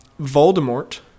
Voldemort